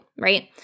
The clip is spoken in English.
Right